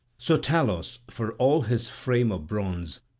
so talos, for all his frame of bronze,